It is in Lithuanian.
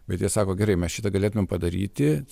bet jie sako gerai mes šitą galėtumėm padaryti